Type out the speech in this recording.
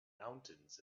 mountains